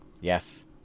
Yes